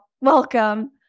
Welcome